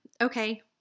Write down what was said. Okay